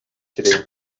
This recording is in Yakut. сирэйин